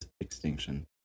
extinction